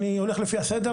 אני הולך לפי הסדר.